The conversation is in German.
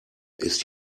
ist